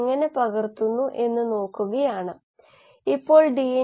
ഇത് ഒരു നിരക്കാണ് ഇത് നമ്മൾ ഓർമ്മിക്കേണ്ടതാണ്